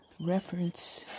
reference